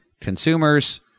consumers